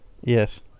Yes